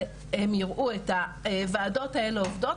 שהם יראו את הוועדות האלה עובדות,